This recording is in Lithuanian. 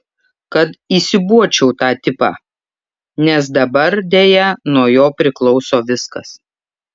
kad įsiūbuočiau tą tipą nes dabar deja nuo jo priklauso viskas